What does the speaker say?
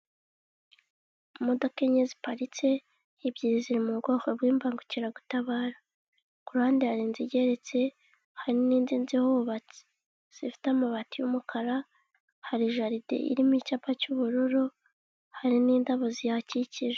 Imodoka enye ziparitse ebyiri ziri mu bwoko bw'imbagukiragutabara. Ku ruhande hari n'indi nzu igeretse hari n'indi nzu ihubatse zifite amabati y'umukara, hari jaride irimo icyapa cy'ubururu, hari n'indabo zihakikije.